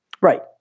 Right